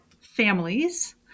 families